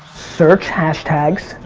search hashtags,